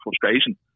frustration